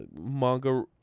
manga